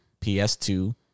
PS2